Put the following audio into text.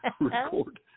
record